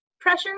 pressure